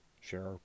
share